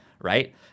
right